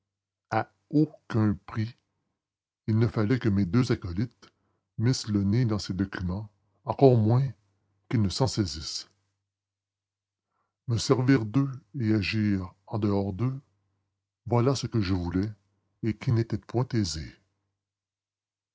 à aucun prix il ne fallait que mes deux acolytes ne missent le nez dans ces documents encore moins qu'ils ne s'en saisissent me servir d'eux et agir en dehors d'eux voilà ce que je voulais et qui n'était